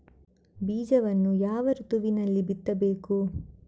ಬೀಜವನ್ನು ಯಾವ ಋತುವಿನಲ್ಲಿ ಬಿತ್ತಬೇಕು?